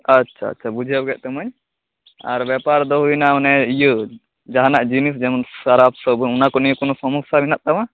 ᱟᱪᱷᱟ ᱟᱪᱷᱟ ᱵᱩᱡᱷᱟᱹᱣ ᱠᱮᱫ ᱛᱟᱹᱢᱟᱹᱧ ᱟᱨ ᱵᱮᱯᱟᱨ ᱫᱚ ᱦᱩᱭᱮᱱᱟ ᱚᱱᱮ ᱤᱭᱟᱹ ᱡᱟᱦᱟᱱᱟᱜ ᱡᱤᱱᱤᱥ ᱡᱮᱢᱚᱱ ᱥᱟᱨᱟᱯ ᱥᱟᱵᱩᱱ ᱚᱱᱟ ᱠᱚ ᱱᱤᱭᱮ ᱠᱳᱱᱳ ᱥᱚᱢᱳᱥᱟ ᱢᱮᱱᱟᱜ ᱛᱟᱢᱟ